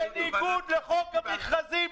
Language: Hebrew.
-- בניגוד לחוק המכרזים.